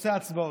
בנושא ההצבעות.